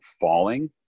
falling